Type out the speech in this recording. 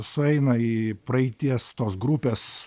sueina į praeities tos grupės